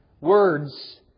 Words